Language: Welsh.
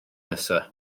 nesaf